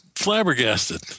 flabbergasted